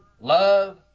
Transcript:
love